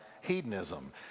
hedonism